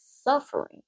suffering